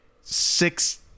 Six